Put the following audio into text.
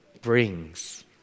brings